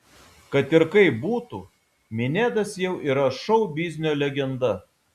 kad ir kaip būtų minedas jau yra šou biznio legenda